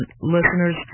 listeners